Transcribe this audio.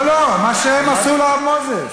לא לא לא, מה שהם עשו לרב מוזס.